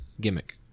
gimmick